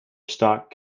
stock